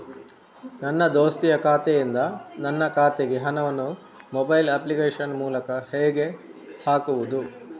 ನನ್ನ ದೋಸ್ತಿಯ ಖಾತೆಯಿಂದ ನನ್ನ ಖಾತೆಗೆ ಹಣವನ್ನು ಮೊಬೈಲ್ ಅಪ್ಲಿಕೇಶನ್ ಮೂಲಕ ಹೇಗೆ ಹಾಕುವುದು?